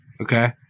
Okay